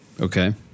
Okay